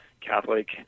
Catholic